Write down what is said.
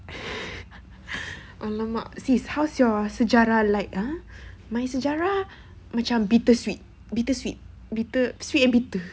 !alamak! sis how's your sejarah like ah my sejarah bittersweet bittersweet bittersweet and bitter